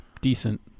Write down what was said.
decent